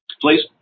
Please